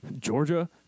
Georgia